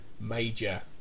major